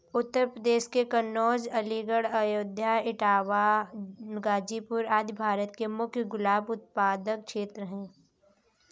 उत्तर प्रदेश के कन्नोज, अलीगढ़, अयोध्या, इटावा, गाजीपुर आदि भारत के मुख्य गुलाब उत्पादक क्षेत्र हैं